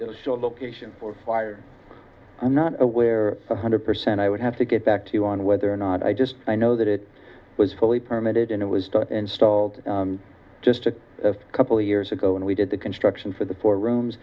or location for fire i'm not aware one hundred percent i would have to get back to you on whether or not i just i know that it was fully permitted and it was installed just a couple of years ago and we did the construction for the four rooms